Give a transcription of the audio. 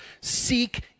seek